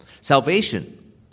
Salvation